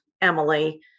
Emily